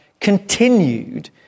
continued